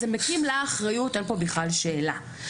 זה מקים לה אחריות ואין פה בכלל שאלה.